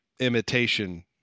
imitation